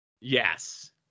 Yes